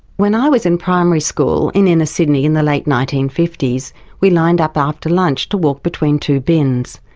when i was in primary school in inner sydney in the late nineteen fifty s we lined up after lunch to walk between two bins.